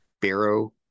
Barrow